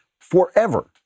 forever